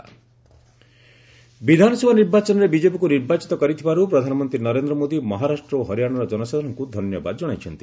PM Mann Ki Baat ବିଧାନସଭା ନିର୍ବାଚନରେ ବିଜେପିକୁ ନିର୍ବାଚିତ କରିଥିବାରୁ ପ୍ରଧାନମନ୍ତ୍ରୀ ନରେନ୍ଦ୍ର ମୋଦି ମହାରାଷ୍ଟ୍ର ଓ ହରିୟାଣାର ଜନସାଧାରଣଙ୍କୂ ଧନ୍ୟବାଦ ଜଣାଇଛନ୍ତି